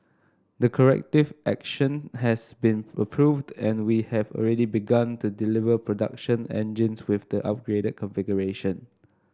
the corrective action has been approved and we have already begun to deliver production engines with the upgraded configuration